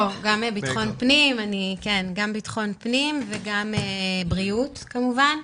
לא, גם ביטחון פנים וגם בריאות כמובן.